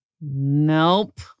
Nope